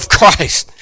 Christ